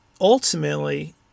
ultimately